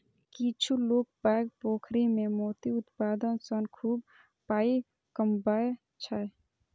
किछु लोक पैघ पोखरि मे मोती उत्पादन सं खूब पाइ कमबै छै